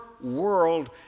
world